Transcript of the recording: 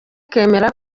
kemera